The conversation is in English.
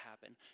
happen